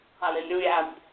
hallelujah